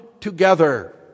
together